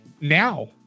Now